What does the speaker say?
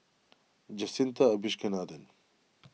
Jacintha Abisheganaden